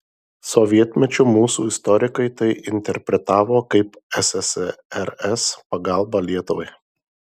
sovietmečiu mūsų istorikai tai interpretavo kaip ssrs pagalbą lietuvai